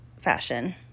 fashion